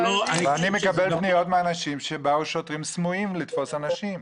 ואני מקבל פניות מאנשים על כך שבאו שוטרים סמויים לתפוס אנשים.